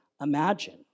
imagine